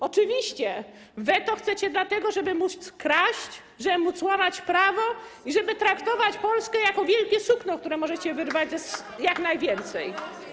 Oczywiście weto chcecie po to, żeby móc kraść, żeby móc łamać prawo i żeby traktować Polskę jako wielkie sukno, z którego możecie wyrwać jak najwięcej.